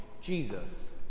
Jesus